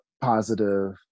positive